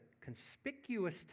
conspicuous